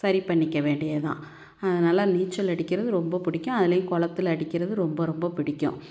சரி பண்ணிக்க வேண்டியதுதான் அதனால நீச்சல் அடிக்கிறது ரொம்ப பிடிக்கும் அதுலேயும் குளத்துல அடிக்கிறது ரொம்ப ரொம்ப பிடிக்கும்